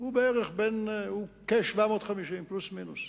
הוא כ-750, פלוס מינוס.